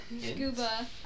Scuba